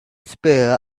spur